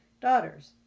daughters